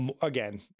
again